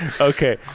Okay